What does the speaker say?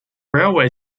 railway